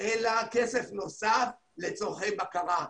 אלא כסף נוסף לצורכי בקרה.